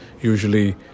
usually